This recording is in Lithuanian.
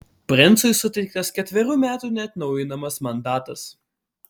princui suteiktas ketverių metų neatnaujinamas mandatas